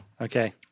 Okay